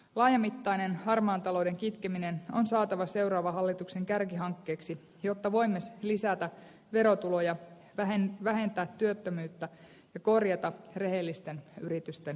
laajamittainen harmaan talouden kitkeminen on saatava seuraavan hallituksen kärkihankkeeksi jotta voimme lisätä verotuloja vähentää työttömyyttä ja korjata rehellisten yritysten ja yrittäjien asemaa